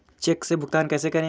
Check से भुगतान कैसे करें?